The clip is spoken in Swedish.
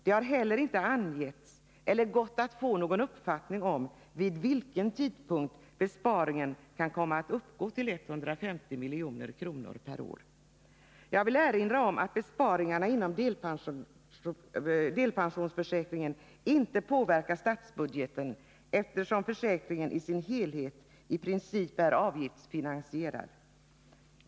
Det har heller inte angetts eller gått att få någon uppfattning om vid vilken tidpunkt besparingen kan komma att uppgå till 150 milj.kr. per år. Jag vill erinra om att besparingarna inom delpensionsförsäkringen inte påverkar statsbudgeten, eftersom försäkringen i sin helhet i princip är avgiftsfinansierad.